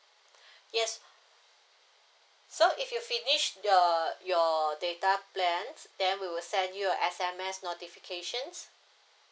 yes so if you finished your your data plan then we will send you a S_M_S notification